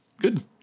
good